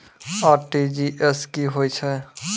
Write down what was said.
RTGS की होय छै?